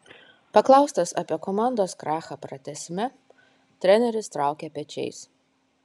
paklaustas apie komandos krachą pratęsime treneris traukė pečiais